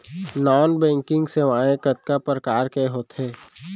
non banking सेवाएं कतका प्रकार के होथे